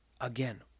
Again